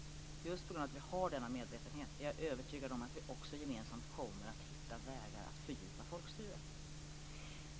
Just på grund av att vi har denna medvetenhet är jag övertygad om att vi också gemensamt kommer att hitta vägar att fördjupa folkstyret.